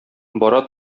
бара